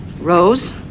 Rose